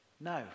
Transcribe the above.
no